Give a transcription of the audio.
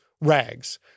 rags